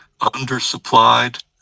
undersupplied